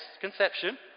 conception